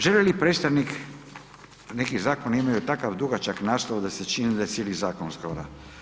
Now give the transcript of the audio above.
Želi li predstavnik, neki zakoni imaju tako dugačak naslov da se čini za je cijeli zakon skoro.